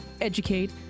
educate